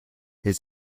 his